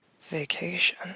Vacation